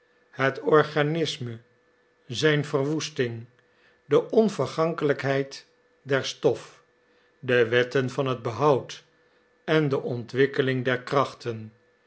het organisme zijn verwoesting de onvergankelijkheid der stof de wetten van het behoud en de ontwikkeling der krachten